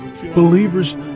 believers